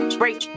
break